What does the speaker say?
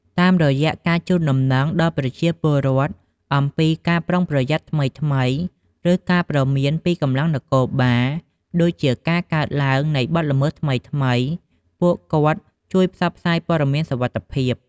តាមរយៈការជូនដំណឹងដល់ប្រជាពលរដ្ឋអំពីការប្រុងប្រយ័ត្នថ្មីៗ ឬការព្រមានពីកម្លាំងនគរបាល ដូចជាការកើតឡើងនៃបទល្មើសថ្មីៗ ពួកគាត់ជួយផ្សព្វផ្សាយព័ត៌មានសុវត្ថិភាព។